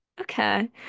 Okay